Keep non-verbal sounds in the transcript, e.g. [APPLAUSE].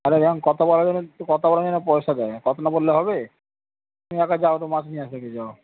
আরে [UNINTELLIGIBLE] কথা বলার জন্য একটু কথা বলার জন্য পয়সা দেয় না কথা না বললে হবে তুমি একা যাও তো মাছ নিয়ে আসো গিয়ে যাও